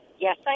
Yes